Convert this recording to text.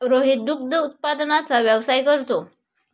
रोहित दुग्ध उत्पादनाचा व्यवसाय करतो